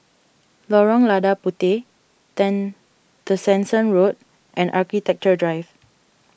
Lorong Lada Puteh ten Tessensohn Road and Architecture Drive